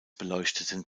beleuchteten